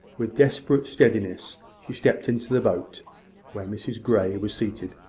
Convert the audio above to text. with desperate steadiness she stepped into the boat where mrs grey was seated.